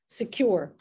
secure